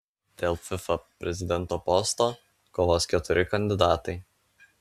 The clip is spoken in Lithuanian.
dėl fifa prezidento posto kovos keturi kandidatai